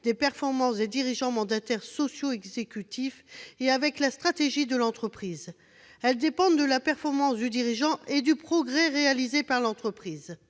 des performances des dirigeants mandataires sociaux exécutifs et avec la stratégie de l'entreprise. Elles dépendent de la performance du dirigeant et du progrès réalisé par l'entreprise.